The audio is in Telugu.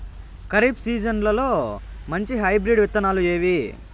ఖరీఫ్ సీజన్లలో మంచి హైబ్రిడ్ విత్తనాలు ఏవి